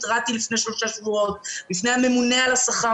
התרעתי באופן אישי לפני שלושה שבועות בפני הממונה על השכר